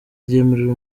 ryemerera